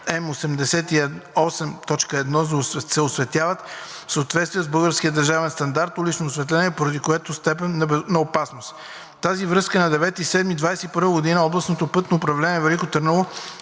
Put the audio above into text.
М8.1 се осветяват в съответствие с Българския държавен стандарт „Улично осветление“ поради голяма степен на опасност. В тази връзка на 9 юли 2021 г. Областно пътно управление – Велико Търново,